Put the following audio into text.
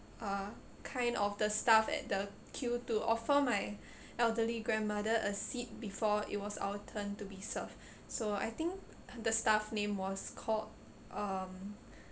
uh kind of the staff at the queue to offer my elderly grandmother a seat before it was our turn to be served so I think the staff name was called um